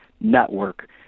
network